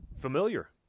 familiar